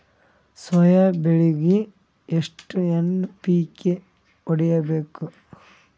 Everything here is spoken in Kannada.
ಸೊಯಾ ಬೆಳಿಗಿ ಎಷ್ಟು ಎನ್.ಪಿ.ಕೆ ಹೊಡಿಬೇಕು?